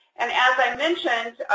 and as i mentioned,